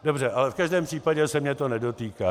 Dobře, ale v každém případě se mě to nedotýká.